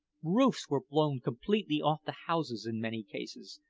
roofs were blown completely off the houses in many cases,